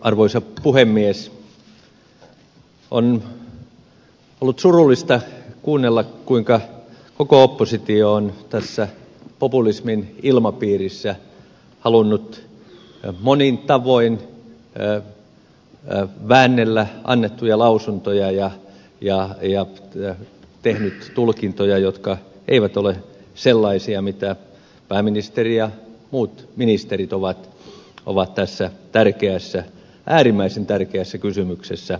on ollut surullista kuunnella kuinka koko oppositio on tässä populismin ilmapiirissä halunnut monin tavoin väännellä annettuja lausuntoja ja tehnyt tulkintoja jotka eivät ole sellaisia mitä pääministeri ja muut ministerit ovat tässä tärkeässä äärimmäisen tärkeässä kysymyksessä antaneet